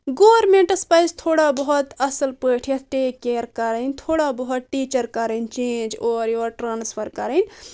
governments پزِ تھوڑا بہت اصل پاٹھی یتھ ٹیک کیر کَرٕنۍ تھوڑا بہت ٹیچر کرنۍ چینج اور یور ٹرانسفر کرنۍ